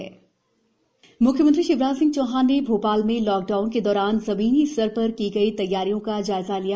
शिवराज मदद मुख्यमंत्री शिवराज सिंह चौहान ने भोपाल में लॉक डाउन के दौरान जमीनी स्तर पर की गई तैयारियों का जायजा लिया